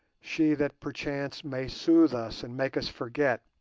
she that perchance may soothe us and make us forget,